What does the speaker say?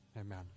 amen